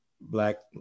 black